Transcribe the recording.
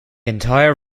entire